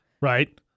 Right